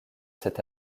cet